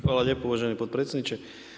Hvala lijepo uvaženi potpredsjedniče.